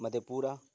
مدھے پورہ